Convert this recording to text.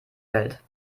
welt